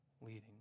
leading